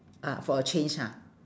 ah for a change ha